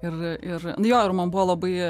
ir ir jo ir man buvo labai